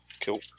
Cool